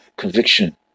conviction